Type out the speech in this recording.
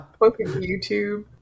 youtube